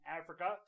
Africa